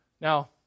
Now